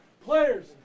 players